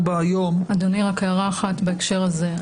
אדוני, רק הערה אחת בהקשר הזה.